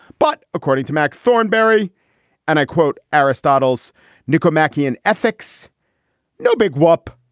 but according to mac thornberry and i quote aristotle's newco mackey in ethics no big warp.